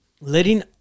letting